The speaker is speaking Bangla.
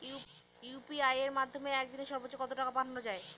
ইউ.পি.আই এর মাধ্যমে এক দিনে সর্বচ্চ কত টাকা পাঠানো যায়?